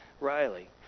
riley